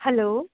hello